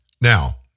Now